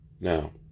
Now